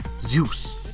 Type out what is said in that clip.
Zeus